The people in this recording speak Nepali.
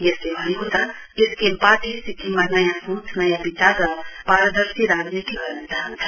यसले भनेको छ एसकेएम पार्टी सिक्किममा नयाँ सोंच नयाँ विचार र पारदर्शी राजनीति गर्न चाहन्छ